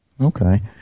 Okay